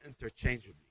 interchangeably